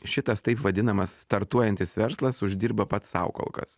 šitas taip vadinamas startuojantis verslas uždirba pats sau kol kas